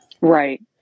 Right